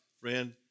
friend